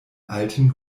alten